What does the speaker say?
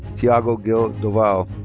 tiago gil dovale.